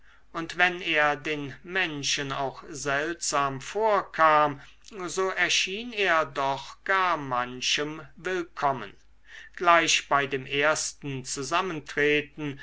und wenn er den menschen auch seltsam vorkam so erschien er doch gar manchem willkommen gleich bei dem ersten zusammentreten